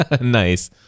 nice